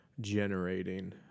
generating